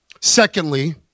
Secondly